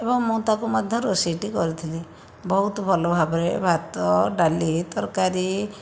ଏବଂ ମୁଁ ତାକୁ ମଧ୍ୟ ରୋଷେଇଟି କରିଥିଲି ବହୁତ ଭଲ ଭାବରେ ଭାତ ଡାଲି ତରକାରୀ